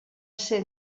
ser